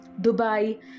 Dubai